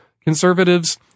conservatives